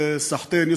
וסחתיין,